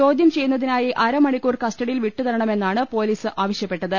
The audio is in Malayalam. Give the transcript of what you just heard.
ചോദ്യം ചെയ്യുന്നതിനായി അരമണിക്കൂർ കസ്റ്റ ഡിയിൽ വിട്ടുതരണമെന്നാണ് പൊലീസിന്റെ ആവശ്യപ്പെട്ടത്